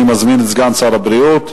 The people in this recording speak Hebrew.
אני מזמין את סגן שר הבריאות.